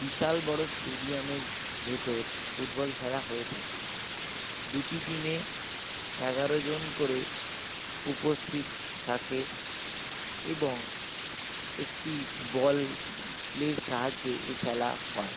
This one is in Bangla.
বিশাল বড় স্টেডিয়ামের ভেতর ফুটবল খেলা হয়ে থাকে দুটি টিমে এগারো জন করে উপস্থিত থাকে এবং একটি বলের সাহায্যে এই খেলা হয়